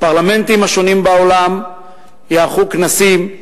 בפרלמנטים השונים בעולם ייערכו כנסים,